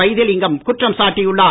வைத்திலிங்கம் குற்றம் சாட்டியுள்ளார்